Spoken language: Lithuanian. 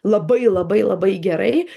labai labai labai gerai